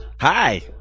Hi